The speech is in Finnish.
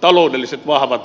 taloudellisista vahvoista suhteista naapuriinsa